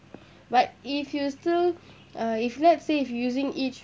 but if you still uh if let's say if using each